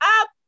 up